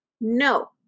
no